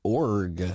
.org